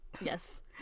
Yes